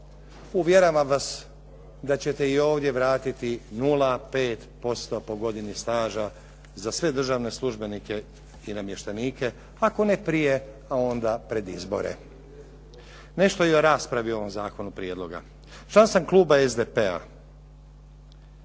Uvjeravam vas da ćete i ovdje vratiti 0,5% po godini staža za sve državne službenike i namještenike, ako ne prije, a onda pred izbore. Nešto i o raspravi o ovom zakonu prijedloga. Član sam kluba SDP-a.